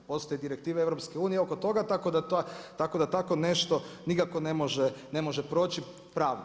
Postoje direktive EU oko toga, tako da tako nešto nikako ne može proći pravno.